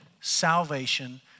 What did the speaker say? salvation